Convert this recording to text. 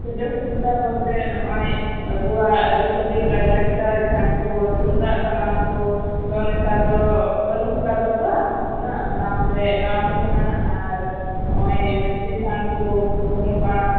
ᱥᱩᱡᱳᱜᱽ ᱥᱩᱵᱤᱛᱟ ᱵᱚᱞᱛᱮ ᱱᱚᱜ ᱚᱭ ᱟᱵᱚᱣᱟᱜ ᱟᱨᱤᱪᱟᱞᱤ ᱞᱟᱭᱞᱟᱠᱪᱟᱨ ᱡᱟᱦᱟᱸ ᱠᱚ ᱛᱩᱢᱫᱟᱜᱽ ᱴᱟᱢᱟᱠ ᱠᱚ ᱫᱚ ᱱᱮᱛᱟᱨ ᱫᱚ ᱵᱟᱹᱱᱩᱜ ᱟᱠᱟᱫᱟ ᱛᱚ ᱚᱱᱟ ᱚᱱᱟ ᱠᱚᱞᱮ ᱮᱢᱟᱣ ᱠᱚ ᱠᱟᱱᱟ ᱟᱨ ᱱᱚᱜ ᱚᱭ ᱢᱟᱡᱷᱤᱛᱷᱟᱱ ᱠᱚ ᱵᱟᱹᱱᱩᱜᱼᱟ